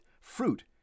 fruit